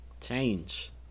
Change